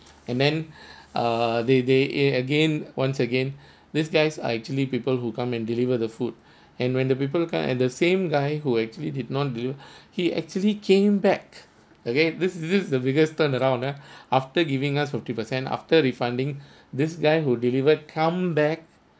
and then err they they a again once again these guys are actually people who come and deliver the food and when the people come and the same guy who actually did not do he actually came back again this is this the biggest turn around ah after giving us fifty percent after refunding this guy who delivered come back